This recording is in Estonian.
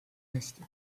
hästi